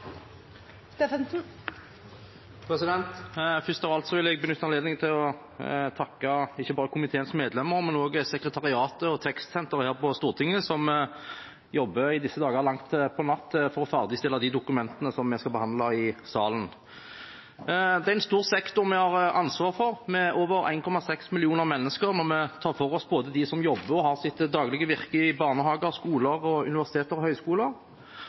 minutter. Først av alt vil jeg benytte anledningen til å takke ikke bare komiteens medlemmer, men også sekretariatet og tekstsenteret her på Stortinget, som i disse dager jobber til langt på natt for å ferdigstille de dokumentene vi skal behandle i salen. Det er en stor sektor vi har ansvar for, med over 1,6 millioner mennesker når vi tar for oss dem som både jobber og har sitt daglige virke i barnehager, skoler, universiteter og høyskoler. Gjennom året treffer både opposisjonspartiene og